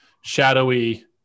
shadowy